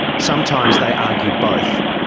sometimes, they argue both.